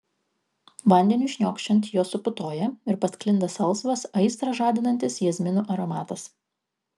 vandeniui šniokščiant jos suputoja ir pasklinda salsvas aistrą žadinantis jazminų aromatas